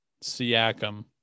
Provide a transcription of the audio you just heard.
Siakam